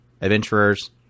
adventurers